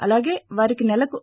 అలాగే వారికి నెలకు రూ